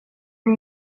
det